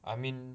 I mean